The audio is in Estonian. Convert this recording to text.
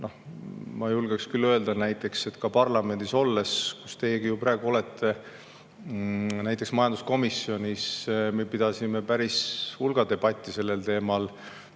Ma julgeksin küll öelda, et ka parlamendis olles, kus teiegi praegu olete, näiteks majanduskomisjonis me pidasime päris hulga debatte sellel teemal,